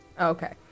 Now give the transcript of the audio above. Okay